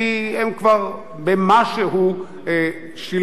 כי הם כבר במשהו שילמו.